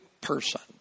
person